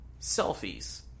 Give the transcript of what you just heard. selfies